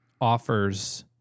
offers